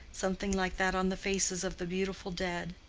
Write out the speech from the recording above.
something like that on the faces of the beautiful dead.